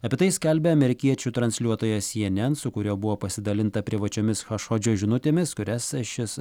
apie tai skelbia amerikiečių transliuotojas cnn su kuriuo buvo pasidalinta privačiomis chašodžio žinutėmis kurias šis